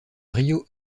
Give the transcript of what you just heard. río